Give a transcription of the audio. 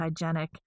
hygienic